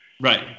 Right